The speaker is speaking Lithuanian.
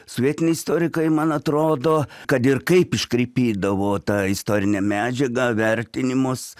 sovietiniai istorikai man atrodo kad ir kaip iškraipydavo tą istorinę medžiagą vertinimus